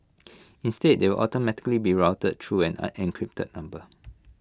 instead they will automatically be routed through an encrypted number